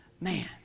Man